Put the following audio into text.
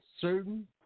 certain